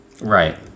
Right